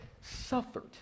suffered